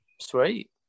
sweet